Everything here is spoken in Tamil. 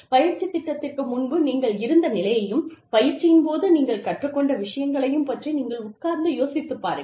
பயிற்சி திட்டத்திற்கு முன்பு நீங்கள் இருந்த நிலையையும் பயிற்சியின் போது நீங்கள் கற்றுக் கொண்ட விஷயங்களையும் பற்றி நீங்கள் உட்கார்ந்து யோசித்து பாருங்கள்